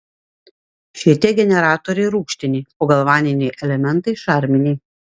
šitie generatoriai rūgštiniai o galvaniniai elementai šarminiai